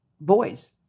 boys